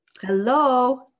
Hello